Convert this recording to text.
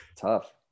tough